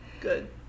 Good